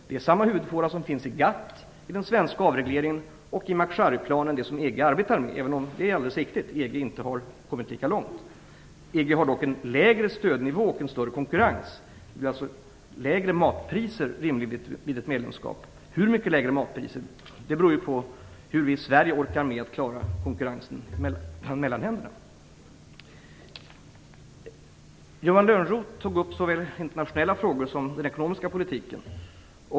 Det är samma huvudfåra som finns i GATT, i den svenska avregleringen och i McCherryplanen som EU arbetar med, även om det är alldeles riktigt att EU inte har kommit lika långt. EU har dock en lägre stödnivå och en större konkurrens. Det blir alltså lägre matpriser vid ett medlemskap. Hur mycket lägre de blir beror på hur vi i Sverige klarar konkurrensen mellan länderna. Johan Lönnroth tog upp såväl internationella frågor som den ekonomiska politiken.